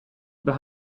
über